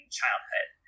childhood